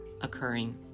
occurring